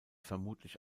vermutlich